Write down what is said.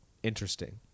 interesting